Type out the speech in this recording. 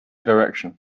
direction